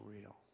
real